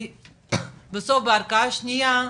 בסוף בערכאה שנייה,